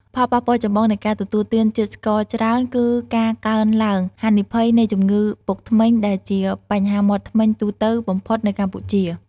ផលប៉ះពាល់ចម្បងនៃការទទួលទានជាតិស្ករច្រើន គឺការកើនឡើងហានិភ័យនៃជំងឺពុកធ្មេញ ដែលជាបញ្ហាមាត់ធ្មេញទូទៅបំផុតនៅកម្ពុជា។